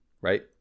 right